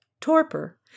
torpor